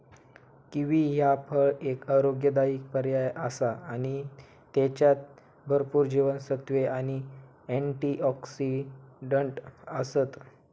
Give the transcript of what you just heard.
kiwi ह्या फळ एक आरोग्यदायी पर्याय आसा आणि त्येच्यात भरपूर जीवनसत्त्वे आणि अँटिऑक्सिडंट आसत